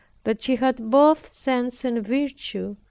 that she had both sense and virtue,